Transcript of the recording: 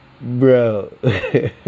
bro